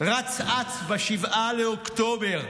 רץ אץ ב-7 באוקטובר,